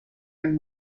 and